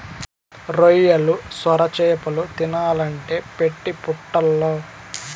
రొయ్యలు, సొరచేపలు తినాలంటే పెట్టి పుట్టాల్ల